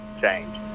change